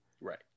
Right